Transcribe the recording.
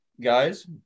guys